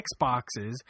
Xboxes